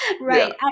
Right